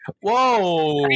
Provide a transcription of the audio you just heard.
Whoa